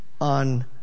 on